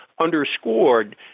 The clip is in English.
underscored